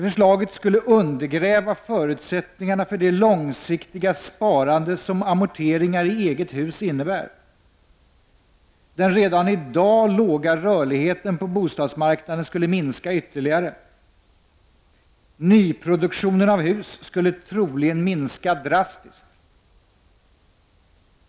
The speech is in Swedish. Förslaget skulle undergräva förutsättningarna för det långsiktiga sparande som amorteringar på egna hus innebär. Den redan i dag låga rörligheten på bostadsmarknaden skulle minska ytterligare. Nyproduktionen av hus skulle troligen minska drastiskt.